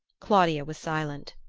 claudia was silent.